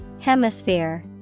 Hemisphere